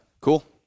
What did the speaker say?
Cool